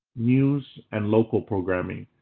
news, and local programming.